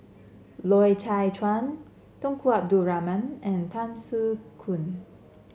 Loy Chye Chuan Tunku Abdul Rahman and Tan Soo Khoon